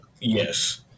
Yes